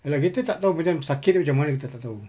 ya lah kita tak tahu macam sakit dia macam mana kita tak tahu